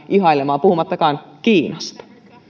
ihailemaan puhumattakaan kiinasta